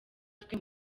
twe